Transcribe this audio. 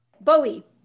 Bowie